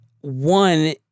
one